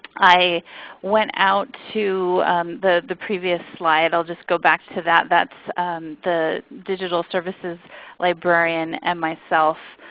i went out to the previous slide, i'll just go back to that. that's the digital services librarian and myself,